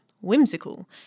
whimsical